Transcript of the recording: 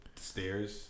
stairs